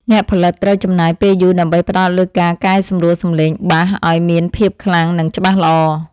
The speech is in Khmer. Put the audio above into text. អ្នកផលិតត្រូវចំណាយពេលយូរដើម្បីផ្ដោតលើការកែសម្រួលសំឡេងបាសឱ្យមានភាពខ្លាំង និង ច្បាស់ល្អ។